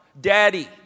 Daddy